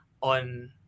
on